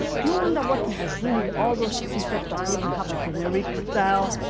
do you wonder what to do with all those t-shirts that maybe have a generic style,